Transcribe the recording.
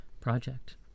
project